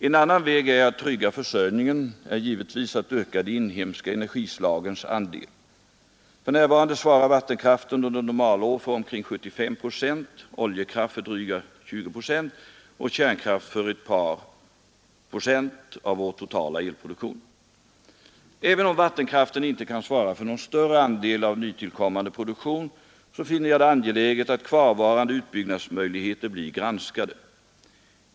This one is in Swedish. En annan väg att trygga försörjningen är givetvis att öka de inhemska energislagens andel. För närvarande svarar vattenkraften under normalår för omkring 75 procent, oljekraft för dryga 20 procent och kärnkraft för ett par procent av vår totala elproduktion. Även om vattenkraften inte kan svara för någon större andel av nytillkommande produktion, finner jag det angeläget att kvarvarande utbyggnadsmöjligheter blir granskade.